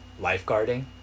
lifeguarding